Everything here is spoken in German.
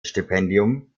stipendium